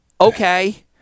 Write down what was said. Okay